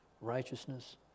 righteousness